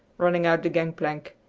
running out the gangplank.